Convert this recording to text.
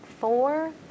Four